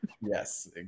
Yes